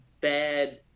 bad